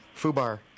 FUBAR